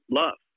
love